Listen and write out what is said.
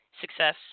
success